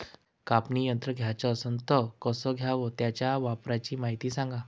कापनी यंत्र घ्याचं असन त कस घ्याव? त्याच्या वापराची मायती सांगा